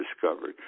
discovered